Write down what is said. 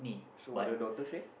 so what do your daughter say